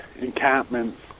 encampments